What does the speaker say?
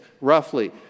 roughly